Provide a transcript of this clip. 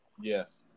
Yes